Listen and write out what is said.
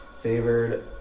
favored